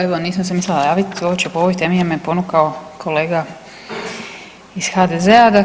Evo, nisam se mislila javit uopće po ovoj temi je me ponukao kolega iz HDZ-a.